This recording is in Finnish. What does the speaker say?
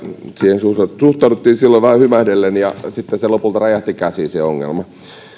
siihen suhtauduttiin silloin vähän hymähdellen ja sitten se ongelma lopulta räjähti käsiin